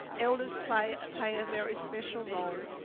elders play play a very special role.